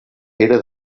era